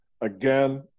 Again